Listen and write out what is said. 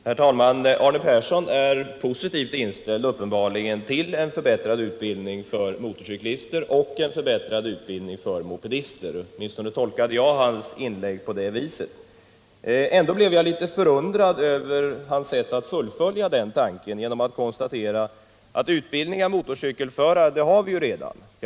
Herr talman! Arne Persson är uppenbarligen positivt inställd till en förbättrad utbildning för motorcyklister och mopedister — åtminstone tolkade jag hans inlägg på det sättet. Ändå blev jag litet förundrad över hans sätt att fullfölja den tanken genom att konstatera att utbildning av motorcykelförare har vi redan.